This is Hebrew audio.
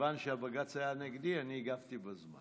מכיוון שהבג"ץ היה נגדי, אני הגבתי בזמן.